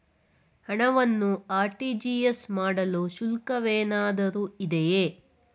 ಹಣವನ್ನು ಆರ್.ಟಿ.ಜಿ.ಎಸ್ ಮಾಡಲು ಶುಲ್ಕವೇನಾದರೂ ಇದೆಯೇ?